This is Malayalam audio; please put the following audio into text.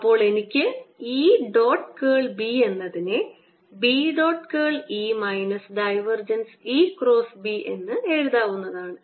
അപ്പോൾ എനിക്ക് E ഡോട്ട് കേൾ B എന്നതിനെ B dot curl E minus divergence E cross B എന്ന് എഴുതാവുന്നതാണ്